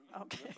Okay